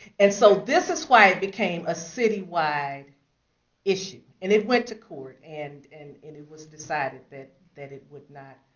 and so this is why it became a city-wide issue. and it went to court, and and it it was decided but that it would not